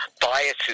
biases